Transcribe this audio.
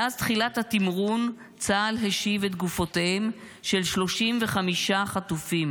מאז תחילת התמרון צה"ל השיב את גופותיהם של 35 חטופים.